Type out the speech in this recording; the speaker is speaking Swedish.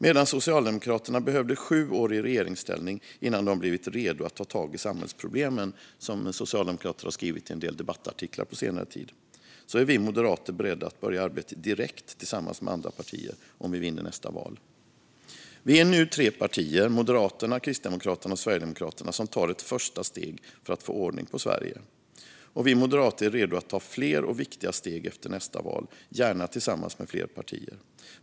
Medan Socialdemokraterna behövde sju år i regeringsställning innan de blivit redo att "ta tag i samhällsproblemen", som socialdemokrater har skrivit i en del debattartiklar på senare tid, är vi moderater beredda att börja arbetet direkt tillsammans med andra partier om vi vinner nästa val. Vi är nu tre partier, Moderaterna, Kristdemokraterna och Sverigedemokraterna, som tar ett första steg för att få ordning på Sverige. Vi moderater är redo att ta fler och viktiga steg efter nästa val, gärna tillsammans med fler partier.